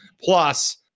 plus